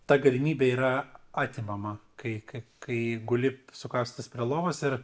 ta galimybė yra atimama kai kai kai guli sukaustytas prie lovos ir